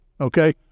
okay